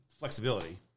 flexibility